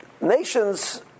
Nations